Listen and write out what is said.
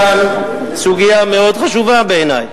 סוגיה מאוד חשובה בעיני,